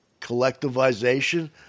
collectivization